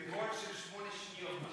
זה גול של שמונה שניות.